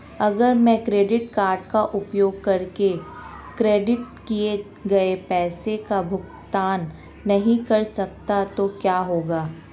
अगर मैं credit card का उपयोग करके क्रेडिट किए गए पैसे का भुगतान नहीं कर सकता तो क्या होगा?